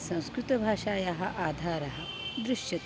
संस्कृतभाषायाः आधारः दृश्यते